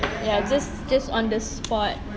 ya just just on the spot